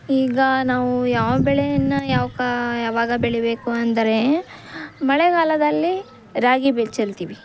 ಈಗ ನಾವು ಯಾವ ಬೆಳೆಯನ್ನು ಯಾವ ಕಾ ಯಾವಾಗ ಬೆಳೀಬೇಕು ಅಂದರೆ ಮಳೆಗಾಲದಲ್ಲಿ ರಾಗಿ ಬೆ ಚೆಲ್ತೀವಿ